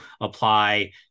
apply